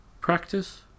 Practice